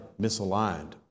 misaligned